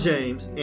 James